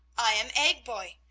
i am egg-boy.